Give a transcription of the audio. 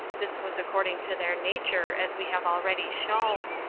this was according to their nature, as we have already shown.